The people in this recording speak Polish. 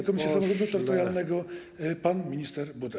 i komisję samorządu terytorialnego pan minister Buda.